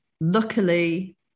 luckily